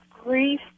grief